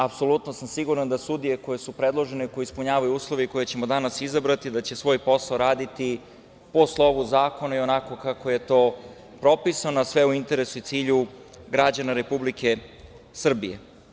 Apsolutno sam siguran da sudije koje su predložene, koje ispunjavaju uslove i koje ćemo danas izabrati, da će svoj posao raditi po slovu zakona i onako kako je to propisano, a sve u interesu i cilju građana Republike Srbije.